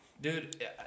Dude